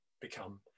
become